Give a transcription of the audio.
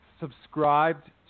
subscribed